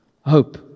Hope